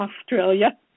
Australia